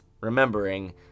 remembering